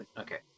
Okay